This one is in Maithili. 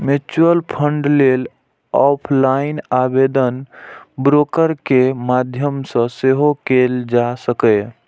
म्यूचुअल फंड लेल ऑफलाइन आवेदन ब्रोकर के माध्यम सं सेहो कैल जा सकैए